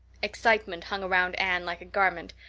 excitement hung around anne like a garment,